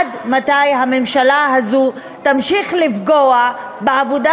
עד מתי הממשלה הזו תמשיך לפגוע בעבודה